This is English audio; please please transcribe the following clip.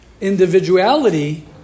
individuality